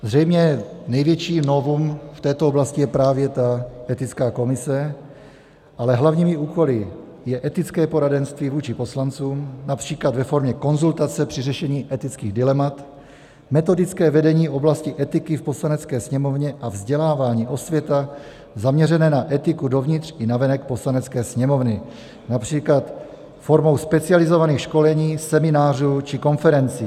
Zřejmě největší novum v této oblasti je právě ta etická komise, ale hlavními úkoly je etické poradenství vůči poslancům například ve formě konzultace při řešení etických dilemat, metodické vedení oblasti etiky v Poslanecké sněmovně a vzdělávání, osvěta zaměřené na etiku dovnitř i navenek Poslanecké sněmovny, například formou specializovaných školení, seminářů či konferencí.